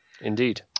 Indeed